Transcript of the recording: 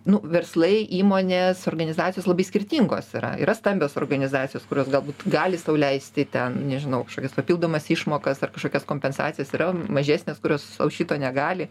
nu verslai įmonės organizacijos labai skirtingos yra yra stambios organizacijos kurios galbūt gali sau leisti ten nežinau kažkokias papildomas išmokas ar kažkokias kompensacijas yra mažesnės kurios sau šito negali